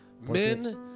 Men